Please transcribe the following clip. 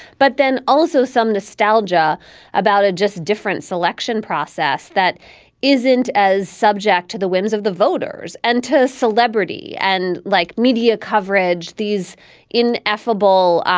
but then also some nostalgia about it, just a different selection process that isn't as subject to the whims of the voters and to celebrity and like media coverage, these ineffable